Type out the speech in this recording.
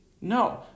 No